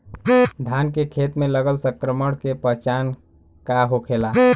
धान के खेत मे लगल संक्रमण के पहचान का होखेला?